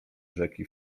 rzeki